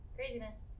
Craziness